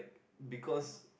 because